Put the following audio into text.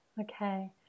okay